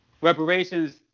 reparations